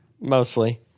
mostly